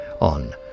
on